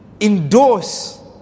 endorse